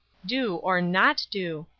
do or not do.